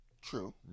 True